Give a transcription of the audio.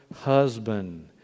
husband